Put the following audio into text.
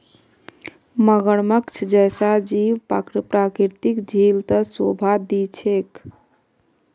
मगरमच्छ जैसा जीव प्राकृतिक झील त शोभा दी छेक